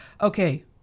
Okay